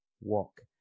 walk